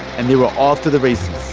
and they were off to the races,